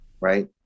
Right